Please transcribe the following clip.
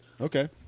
Okay